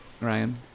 Ryan